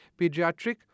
pediatric